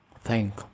thank